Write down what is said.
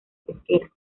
pesquera